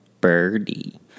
birdie